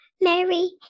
Mary